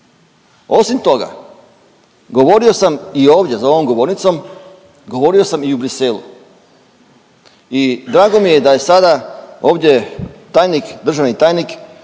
Osim toga govorio sam i ovdje za ovom govornicom, govorio sam i u Bruxellesu i drago mi je da se sada ovdje tajnik, državni tajnik